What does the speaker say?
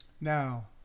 Now